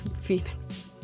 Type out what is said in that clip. Phoenix